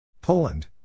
Poland